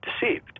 deceived